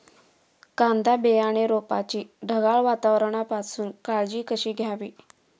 कांदा बियाणे रोपाची ढगाळ वातावरणापासून काळजी कशी घ्यावी?